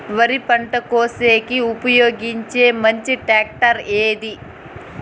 వరి పంట కోసేకి ఉపయోగించే మంచి టాక్టర్ ఏది?